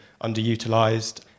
underutilized